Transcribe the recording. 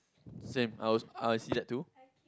same I'll I'll see that to